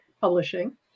publishing